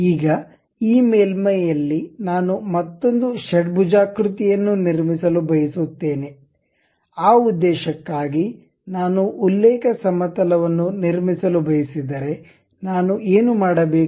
ಈಗ ಈ ಮೇಲ್ಮೈಯಲ್ಲಿ ನಾನು ಮತ್ತೊಂದು ಷಡ್ಭುಜಾಕೃತಿಯನ್ನು ನಿರ್ಮಿಸಲು ಬಯಸುತ್ತೇನೆ ಆ ಉದ್ದೇಶಕ್ಕಾಗಿ ನಾನು ಉಲ್ಲೇಖ ಸಮತಲವನ್ನು ನಿರ್ಮಿಸಲು ಬಯಸಿದರೆ ನಾನು ಏನು ಮಾಡಬೇಕು